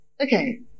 Okay